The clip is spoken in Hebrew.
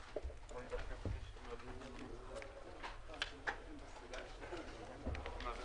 הישיבה ננעלה בשעה 10:45.